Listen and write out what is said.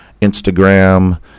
Instagram